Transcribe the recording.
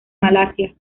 malasia